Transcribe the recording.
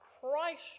Christ